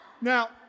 Now